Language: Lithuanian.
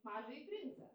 mažąjį princą